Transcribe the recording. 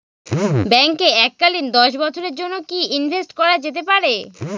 ব্যাঙ্কে এককালীন দশ বছরের জন্য কি ইনভেস্ট করা যেতে পারে?